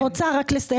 לכן אני רוצה רק לסיים,